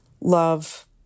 love